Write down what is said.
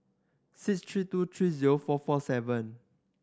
six three two three zero four four seven